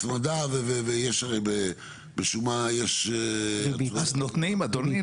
הצמדה ויש הרי בשומה --- אז נותנים אדוני,